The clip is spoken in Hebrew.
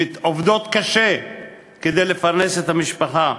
עובדות קשה כדי לפרנס את המשפחה.